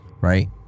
right